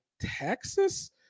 Texas